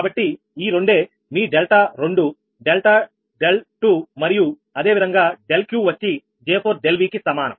కాబట్టి ఈ రెండే మీ డెల్టా2 ∆2మరియు అదే విధంగా ∆Q వచ్చి J4∆Vకి సమానం